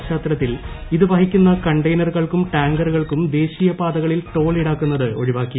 പശ്ചാത്തലത്തിൽ ഇത് വീഹിക്കുന്ന കണ്ടെയ്നറുകൾക്കും ടാങ്കറുകൾക്കും ദ്യേശ്രീയി പാതകളിൽ ടോൾ ഈടാക്കുന്നത് ഒഴിവാക്കി